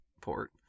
port